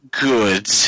good